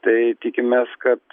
tai tikimės kad